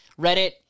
Reddit